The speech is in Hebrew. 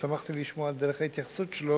ושמחתי לשמוע את דרך ההתייחסות שלו.